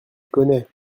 connais